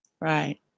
Right